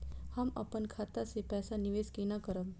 हम अपन खाता से पैसा निवेश केना करब?